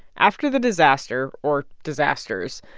after the disaster or disasters,